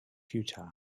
futile